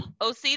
OC